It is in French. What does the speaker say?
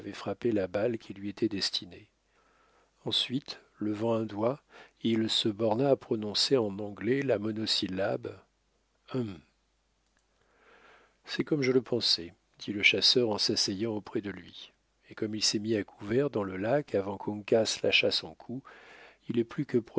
frappé la balle qui lui était destinée ensuite levant un doigt il se borna à prononcer en anglais la monosyllabe hum c'est comme je le pensais dit le chasseur en s'asseyant auprès de lui et comme il s'est mis à couvert dans le lac avant qu'uncas lâchât son coup il est plus que